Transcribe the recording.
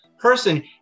person